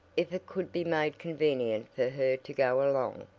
if it could be made convenient for her to go along.